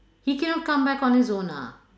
he cannot come back on his own ah